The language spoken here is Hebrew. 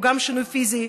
הוא גם שינוי פיזי,